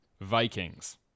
Vikings